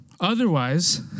Otherwise